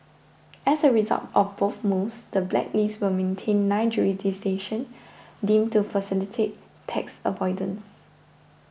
as a result of both moves the blacklist would maintain nine jurisdictions deemed to facilitate tax avoidance